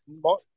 more